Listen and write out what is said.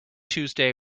tuesday